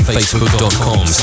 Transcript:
Facebook.com